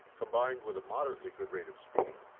combined with a moderately good rate of speed,